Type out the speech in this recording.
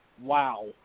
wow